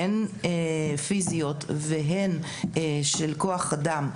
הן פיזיות והן של כוח אדם,